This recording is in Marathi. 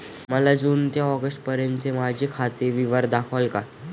मला जून ते ऑगस्टपर्यंतचे माझे खाते विवरण दाखवाल का?